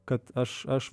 kad aš aš